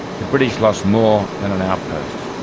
the british lost more than an outpost,